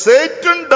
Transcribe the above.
Satan